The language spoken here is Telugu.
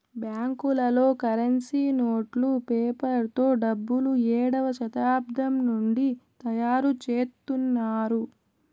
బ్యాంకులలో కరెన్సీ నోట్లు పేపర్ తో డబ్బులు ఏడవ శతాబ్దం నుండి తయారుచేత్తున్నారు